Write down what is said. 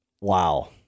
Wow